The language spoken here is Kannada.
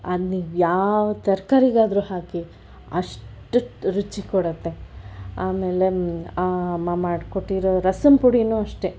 ಅದು ನೀವು ಯಾವ ತರಕಾರಿಗಾದ್ರೂ ಹಾಕಿ ಅಷ್ಟು ರುಚಿ ಕೊಡತ್ತೆ ಆಮೇಲೆ ಅಮ್ಮ ಮಾಡ್ಕೊಟ್ಟಿರೋ ರಸಂ ಪುಡೀನು ಅಷ್ಟೆ